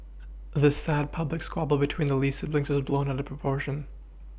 this sad public squabble between the Lee siblings is blown out of proportion